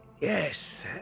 yes